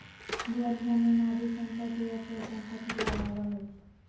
घर, जमीन आदि सम्पत्ति अचल सम्पत्ति कहलावा हइ